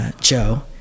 Joe